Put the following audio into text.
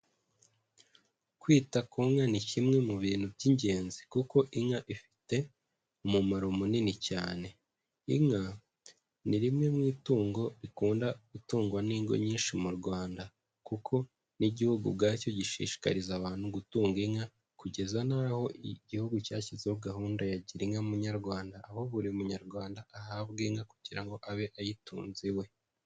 Kwita ku nka ni kimwe mubintu by'ingenzi kuko inka ifite umumaro munini cyane inka ni rimwe mu itungo rikunda gutungwa n'ingo nyinshi mu Rwanda kuko n'igihugu ubwacyo gishishikariza abantu gutunga inka kugeza n'aho igihugu cyashyizeho gahunda ya girinka munyarwanda aho buri munyarwanda ahabwa inka kugira ngo abe ayitunze iwe.